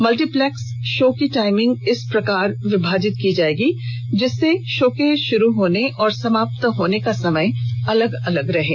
multiplex show की timing इस प्रकार विभाजित की जाएगी ताकि उनके शो शुरू होने और समाप्त होने के समय अलग अलग रहें